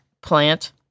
plant